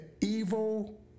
evil